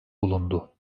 bulundu